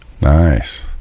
Nice